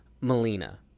Melina